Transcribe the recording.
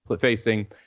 facing